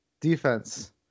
defense